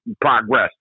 progress